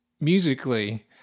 musically